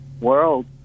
world